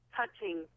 touching